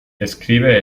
escribe